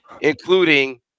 including